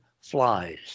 flies